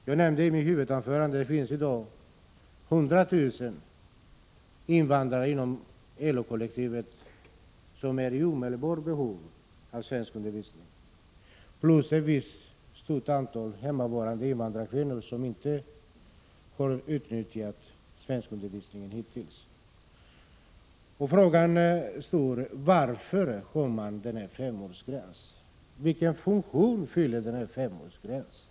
Jag nämnde i mitt huvudanförande att det nu finns 100 000 invandrare inom LO-kollektivet som är i omedelbart behov av svenskundervisning, plus ett stort antal hemmavarande invandrarkvinnor som inte har utnyttjat svenskundervisningen hittills. Frågan är varför man har en femårsgräns för tidigare invandrares rätt att delta i grundläggande svenskundervisning för invandrare.